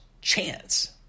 chance